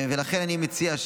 לכן אני מציע,